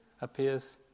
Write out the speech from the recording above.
appears